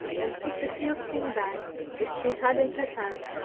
and took the seal-skin bag which she had in her hand,